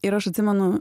ir aš atsimenu